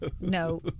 no